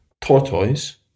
tortoise